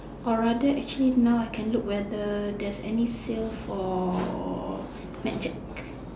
or rather actually now I can look whether there's any sales for mad Jack